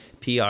PR